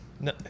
No